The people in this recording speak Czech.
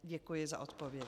Děkuji za odpověď.